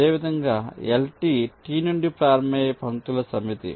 అదేవిధంగా LT T నుండి ప్రారంభమయ్యే పంక్తుల సమితి